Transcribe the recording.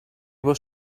was